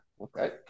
Okay